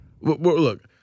Look